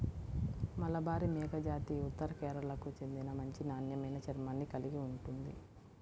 మలబారి మేకజాతి ఉత్తర కేరళకు చెందిన మంచి నాణ్యమైన చర్మాన్ని కలిగి ఉంటుంది